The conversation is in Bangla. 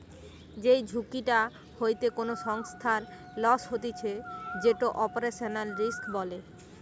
যেই ঝুঁকিটা হইতে কোনো সংস্থার লস হতিছে যেটো অপারেশনাল রিস্ক বলে